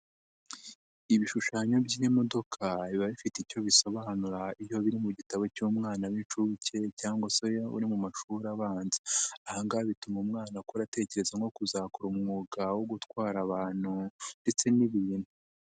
Ibishushanyo by'iyimodoka biba bifite icyo bisobanura iyo biri mu gitabo cy'umwana w'inshuke cyangwa se uri mu mashuri abanza, aha ngaha bituma umwana akura atekereza nko kuzakora umwuga wo gutwara abantu ndetse n'ibintu.